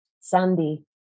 Sandy